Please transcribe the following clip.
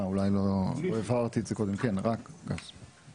אולי לא הבהרתי את זה קודם כן, רק גז טבעי.